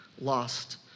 lost